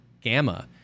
gamma